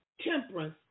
temperance